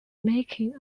making